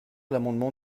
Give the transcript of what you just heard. l’amendement